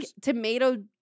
tomato